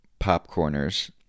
popcorners